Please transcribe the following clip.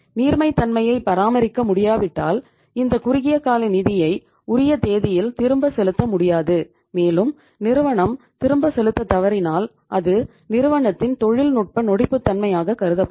நீர்மைத்தன்மையை பராமரிக்க முடியாவிட்டால் இந்த குறுகிய கால நிதியை உரிய தேதியில் திரும்ப செலுத்த முடியாது மேலும் நிறுவனம் திரும்ப செலுத்த தவறினால் அது நிறுவனத்தின் தொழில்நுட்ப நொடிப்புத்தன்மையாக கருதப்படும்